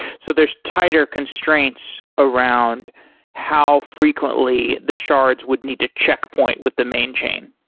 so there's tighter constraints around how frequently the shards would need to checkpoint with the main chain.